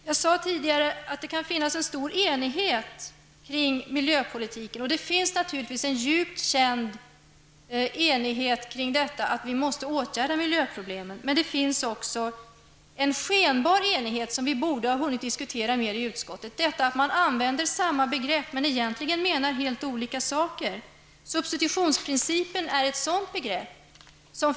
Jag sade tidigare att det kan finnas en stor enighet kring miljöpolitiken. Naturligtvis finns det också en djup enighet om det nödvändiga med att vidta åtgärder beträffande miljöproblemen. Men det finns också en skenbar enighet, och denna borde vi i utskottet ha hunnit diskutera mera. Man använder samma begrepp. Men egentligen avses helt olika saker. Substitutionsprincipen är ett sådant exempel.